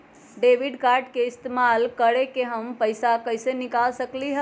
Debit card के इस्तेमाल करके हम पैईसा कईसे निकाल सकलि ह?